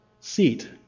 seat